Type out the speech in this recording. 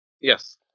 yes